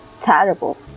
terrible